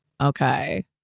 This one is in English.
okay